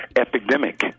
epidemic